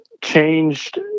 changed